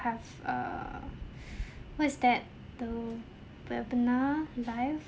have err what is that the webinar live